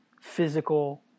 physical